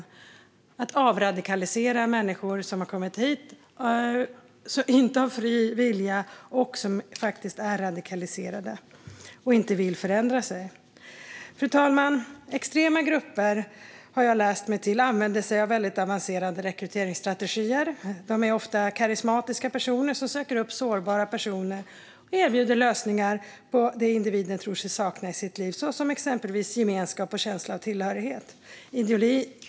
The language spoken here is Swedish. Det handlar om att avradikalisera människor som har kommit hit, men inte gjort det av fri vilja, och som faktiskt är radikaliserade och inte vill förändra sig. Fru talman! Extrema grupper använder sig av väldigt avancerade rekryteringsstrategier, har jag läst mig till. Rekryterare är ofta karismatiska personer som söker upp sårbara personer och erbjuder lösningar på det som dessa tror sig sakna i sitt liv, såsom exempelvis gemenskap och känsla av tillhörighet.